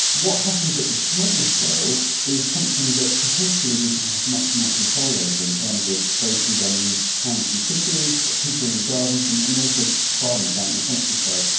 what happens at the smaller scale is something that potentially we can have much more control over in terms of those who run towns and cities, people in gardens, and and also farmers out in the countryside.